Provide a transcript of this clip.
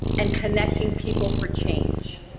and connecting people for change.